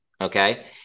okay